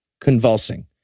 convulsing